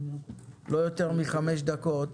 לא יותר מחמש דקות,